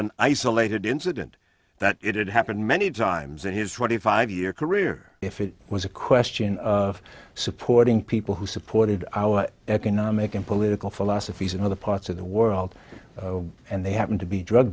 an isolated incident that it had happened many times in his twenty five year career if it was a question of supporting people who supported our economic and political philosophies in other parts of the world and they happen to be drug